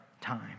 time